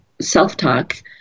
self-talk